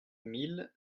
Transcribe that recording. mille